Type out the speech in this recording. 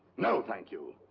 no, thank you!